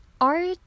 art